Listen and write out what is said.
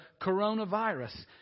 coronavirus